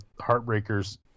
Heartbreakers